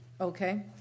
Okay